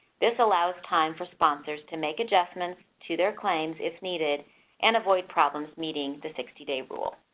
this allows time for sponsors to make adjustments to their claims if needed and avoid problems meeting the sixty day rule.